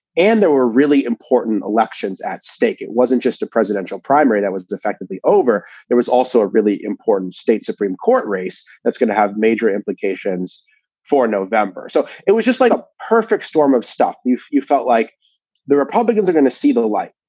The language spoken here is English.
and there were really important elections at stake. it wasn't just a presidential primary that was effectively over. there was also a really important state supreme court race that's going to have major implications for november. so it was just like a perfect storm of stuff. if you felt like the republicans are going to see the light,